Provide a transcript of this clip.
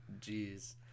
Jeez